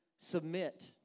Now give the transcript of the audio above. submit